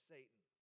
Satan